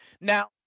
now